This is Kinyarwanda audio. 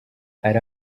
hari